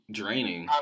draining